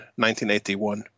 1981